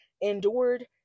endured